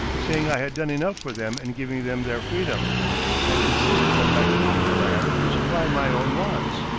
saying i had done enough for them in giving them their freedom and insisted on my keeping the land to supply my own wants,